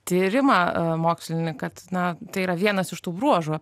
tyrimą mokslinį kad na tai yra vienas iš tų bruožų